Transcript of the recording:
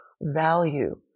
value